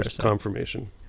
confirmation